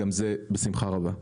וגם זה בשמחה רבה.